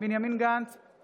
ואתה העתקת את של ליברמן.